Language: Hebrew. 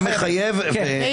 אם